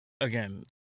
again